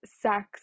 sex